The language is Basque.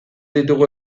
ditugu